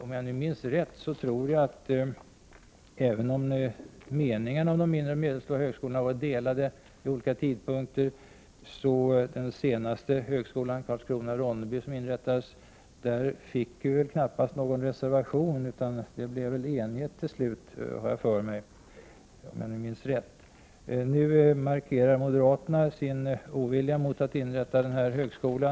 Om jag minns rätt, även om meningarna om de mindre och medelstora högskolorna har varit delade vid olika tidpunkter, fick den senaste högskolan Karlskrona-Ronneby knappast någon reservation. Jag har för mig att det till slut blev enighet till slut i ärendet. Nu markerar moderaterna sin ovilja mot att inrätta den här högskolan.